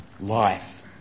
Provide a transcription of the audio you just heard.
life